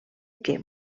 que